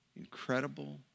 Incredible